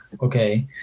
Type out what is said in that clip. okay